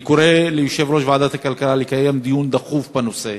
אני קורא ליושב-ראש ועדת הכלכלה לקיים דיון דחוף בנושא,